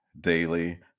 Daily